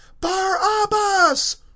barabbas